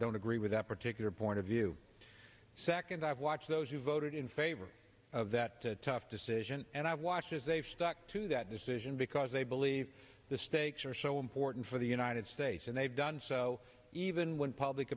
don't agree with that particular point of view second i've watched those who voted in favor of that tough decision and i've watched as they've stuck to that decision because they believe the stakes are so important for the united states and they've done so even when public